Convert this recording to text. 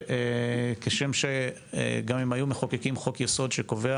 כשם שגם אם היו מחוקקים חוק-יסוד שקובע